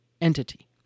entity